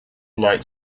light